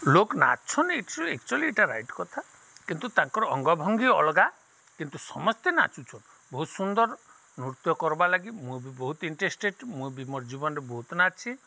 ଲୋକ ନାଚଛନ୍ ଏକ୍ଚୁଆଲି ଏଇଟା ରାଇଟ୍ କଥା କିନ୍ତୁ ତାଙ୍କର ଅଙ୍ଗଭଙ୍ଗୀ ଅଲଗା କିନ୍ତୁ ସମସ୍ତେ ନାଚୁଛନ୍ ବହୁତ ସୁନ୍ଦର ନୃତ୍ୟ କର୍ବାଲାଗି ମୁଁ ବି ବହୁତ ଇଣ୍ଟରେଷ୍ଟେଡ଼୍ ମୁଁ ବି ମୋର୍ ଜୀବନରେ ବହୁତ ନାଚ୍ଛି